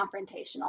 confrontational